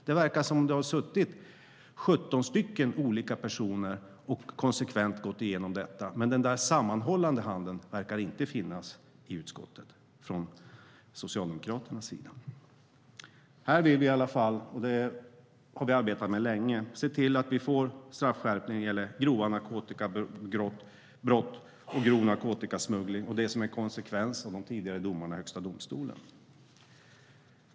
Det verkar som att det har suttit 17 olika personer och konsekvent gått igenom detta, men den sammanhållande handen verkar inte finnas i utskottet från Socialdemokraternas sida. Här vill vi i alla fall - och det har vi arbetat med länge - se till att vi får en straffskärpning när det gäller grova narkotikabrott och grov narkotikasmuggling. Det är som en konsekvens av de tidigare domarna i Högsta domstolen.